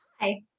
Hi